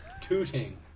Tooting